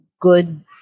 good